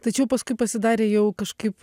tačiau paskui pasidarė jau kažkaip